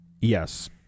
Yes